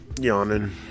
yawning